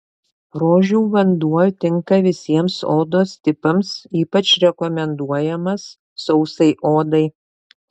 rožių vanduo tinka visiems odos tipams ypač rekomenduojamas sausai odai